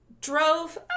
drove